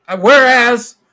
Whereas